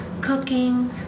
cooking